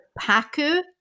Paku